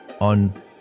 on